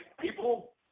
people